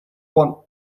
want